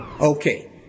Okay